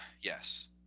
Yes